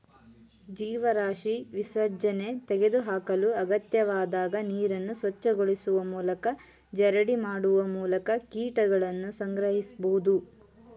ಜೀವರಾಶಿ ವಿಸರ್ಜನೆ ತೆಗೆದುಹಾಕಲು ಅಗತ್ಯವಾದಾಗ ನೀರನ್ನು ಸ್ವಚ್ಛಗೊಳಿಸುವ ಮೂಲಕ ಜರಡಿ ಮಾಡುವ ಮೂಲಕ ಕೀಟಗಳನ್ನು ಸಂಗ್ರಹಿಸ್ಬೋದು